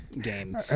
game